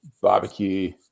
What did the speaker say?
barbecue